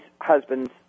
husband's